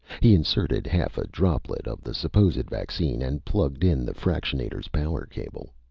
he inserted half a droplet of the supposed vaccine and plugged in the fractionator's power cable.